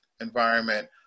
environment